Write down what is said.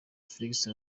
felipe